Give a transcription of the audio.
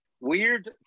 Weird